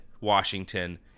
Washington